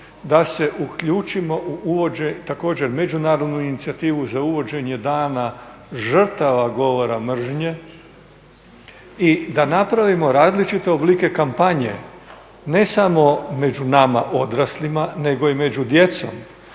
da se uključimo također u međunarodnu inicijativu za uvođenje Dana žrtava govora mržnje i da napravimo različite oblike kampanje ne samo među nama odraslima nego i među djecom